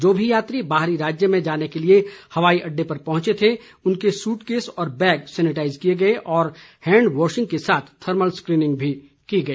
जो भी यात्री बाहरी राज्य में जाने के लिए हवाई अड्डे पर पहुंचे थे उनके सूट केस और बैग सेनिटाइज किए गए और हैंड वाशिंग के साथ थर्मल स्क्रीनिंग भी की गई